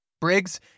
Briggs